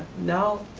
now,